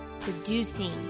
producing